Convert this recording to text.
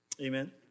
Amen